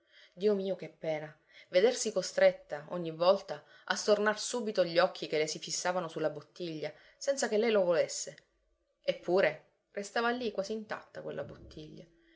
dio mio che pena vedersi costretta ogni volta a stornar subito gli occhi che le si fissavano sulla bottiglia senza che lei lo volesse eppure restava lì quasi intatta quella bottiglia